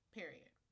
Period